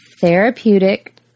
Therapeutic